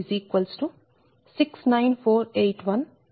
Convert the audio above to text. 18 x 218